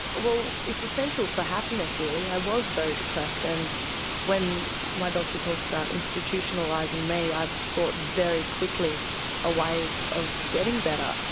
well it's essential for happiness really, i was very depressed and when my doctor talked about institutionalising me i sought very quickly a way of getting better.